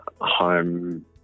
home